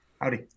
Howdy